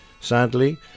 Sadly